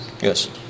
Yes